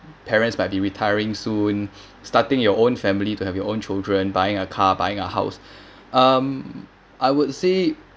parents might be retiring soon starting your own family to have your own children buying a car buying a house um I would say